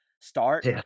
start